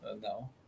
No